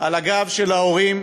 על הגב של ההורים